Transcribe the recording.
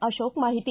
ಅಶೋಕ ಮಾಹಿತಿ